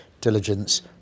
diligence